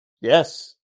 Yes